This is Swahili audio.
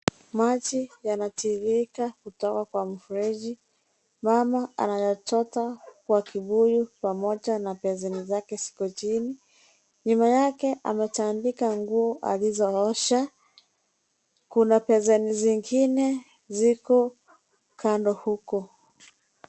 Maji yanatiririka kutoka kwa mfereji. Mama anayachota kwa kibuyu pamoja na besheni zake ziko chini. Nyuma yake ametandika nguo alizoosha. Kuna besheni zingine, ziko kando huko.